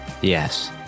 Yes